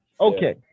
Okay